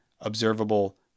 observable